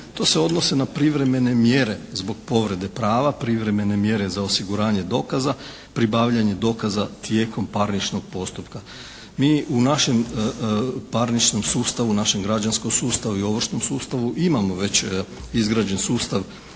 to se odnose na privremene mjere zbog povrede prava. Privremene mjere za osiguranje dokaza, pribavljanje dokaza tijekom parničnog postupka. Mi u našem parničnom sustavu, u našem građanskom sustavu i ovršnom sustavu imamo već izgrađen sustav